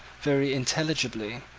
very intelligibly,